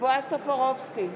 בועז טופורובסקי,